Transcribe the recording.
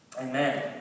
Amen